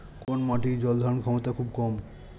কোন মাটির জল ধারণ ক্ষমতা খুব কম?